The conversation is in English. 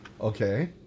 Okay